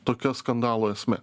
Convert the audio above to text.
tokia skandalo esmė